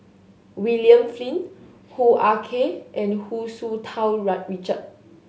William Flint Hoo Ah Kay and Hu Tsu Tau Richard